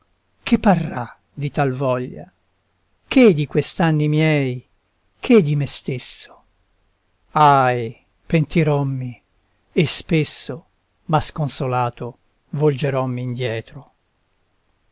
che parrà di tal voglia che di quest'anni miei che di me stesso ahi pentirommi e spesso ma sconsolato volgerommi indietro